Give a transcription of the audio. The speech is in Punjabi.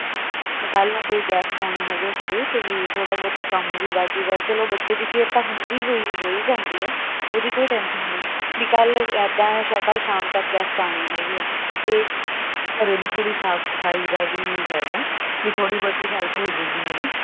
ਮੈਂ ਕੱਲ ਨੂੰ ਕੋਈ ਗੈਸਟ ਆਉਣੇ ਹੈਗੇ ਘਰੇ ਤੇ ਵੀ ਥੋੜਾ ਬਹੁਤਾ ਕੰਮ ਵੀ ਵੱਧ ਜਾਊਗਾ ਚਲੋ ਬੱਚੇ ਦੀ ਕੇਅਰ ਤਾਂ ਹੁੰਦੀ ਹੋਈ ਹੋ ਹੀ ਜਾਂਦੀ ਐ ਉਹਦੀ ਕੋਈ ਟੈਂਸ਼ਨ ਨਹੀਂ ਵੀ ਕੱਲ ਇਦਾਂ ਸ਼ਕਲ ਸ਼ਾਮ ਤੱਕ ਗੈਸਟ ਆਣੇ ਹੈਗੇ ਆ ਤੇ ਘਰੇ ਵੀ ਥੋੜੀ ਸਾਫ ਸਫਾਈ ਦਾ ਵੀ ਹੈਗਾ ਥੋੜੀ ਬਹੁਤੀ ਹੈਲਪ ਹੋ ਜਾਗੀ ਮੇਰੀ